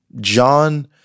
John